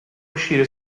uscire